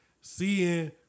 seeing